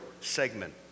segment